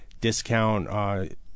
discount